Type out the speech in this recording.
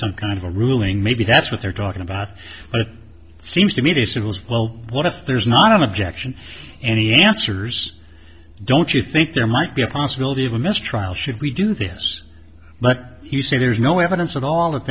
some kind of a ruling maybe that's what they're talking about but it seems to me they said was well what if there's not an objection any answers don't you think there might be a possibility of a mistrial should we do this but you say there's no evidence at all if